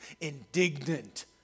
indignant